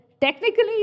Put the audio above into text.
technically